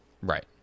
Right